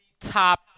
top